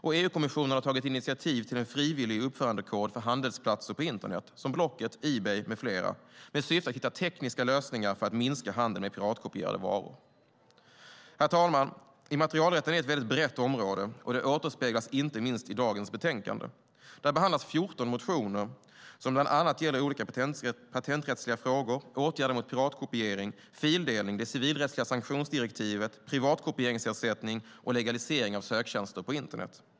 EU-kommissionen har tagit initiativ till frivillig uppförandekod för handelsplatser på internet som Blocket och E-bay med flera. Syftet är att hitta tekniska lösningar för att minska handeln med piratkopierade varor. Herr talman! Immaterialrätten är ett brett område. Det återspeglas inte minst i dagens betänkande. Där behandlas 14 motioner som bland annat gäller olika patenträttsliga frågor, åtgärder mot piratkopiering, fildelning, det civilrättsliga sanktionsdirektivet, privatkopieringsersättning och legalisering av söktjänster på internet.